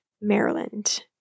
Maryland